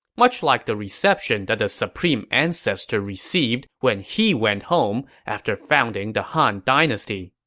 much like the reception that the supreme ancestor received when he went home after founding the han dynasty.